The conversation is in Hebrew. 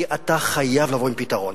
כי אתה חייב לבוא עם פתרון.